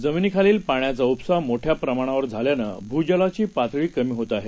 जमिनीखालीलपाण्याचाउपसामोठ्याप्रमाणावरझाल्यानंभूजलाचीपातळीकमीहोतआहे